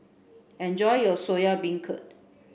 enjoy your Soya Beancurd